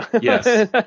Yes